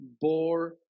bore